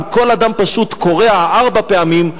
אם כל אדם פשוט כורע ארבע פעמים,